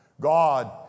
God